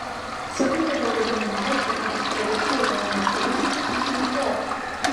centro vadovo duomenimis kasmet už produkciją gaunama keli šimtai tūkstančių zlotų